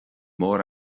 mór